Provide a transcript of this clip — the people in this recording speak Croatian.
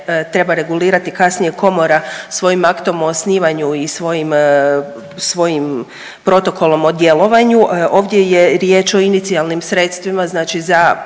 treba regulirati kasnije komora svojim aktom o osnivanju i svojim protokolom o djelovanju, ovdje je riječ o inicijalnim sredstvima za